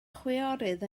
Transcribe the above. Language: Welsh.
chwiorydd